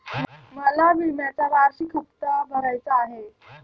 मला विम्याचा वार्षिक हप्ता भरायचा आहे